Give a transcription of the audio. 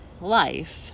life